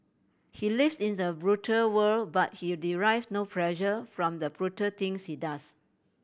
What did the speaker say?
he lives in the brutal world but he derives no pleasure from the brutal things he does